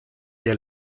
der